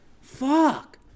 Fuck